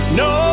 no